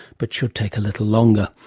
but should take a little longer.